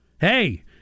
Hey